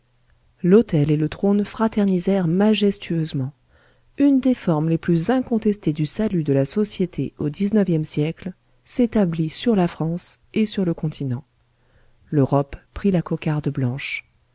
l'autel et le trône fraternisèrent majestueusement une des formes les plus incontestées du salut de la société au dix-neuvième siècle s'établit sur la france et sur le continent l'europe prit la cocarde blanche